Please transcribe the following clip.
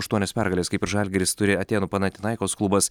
aštuonias pergales kaip ir žalgiris turi atėnų panatinaikos klubas